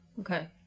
okay